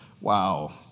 Wow